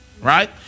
right